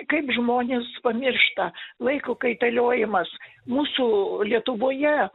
kaip žmonės pamiršta laiko kaitaliojimas mūsų lietuvoje